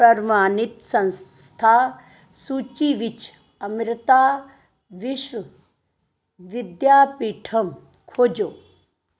ਪ੍ਰਵਾਨਿਤ ਸੰਸਥਾ ਸੂਚੀ ਵਿੱਚ ਅੰਮ੍ਰਿਤਾ ਵਿਸ਼ਵ ਵਿਦਿਆਪੀਠਮ ਖੋਜੋ